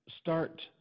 start